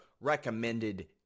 Recommended